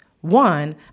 One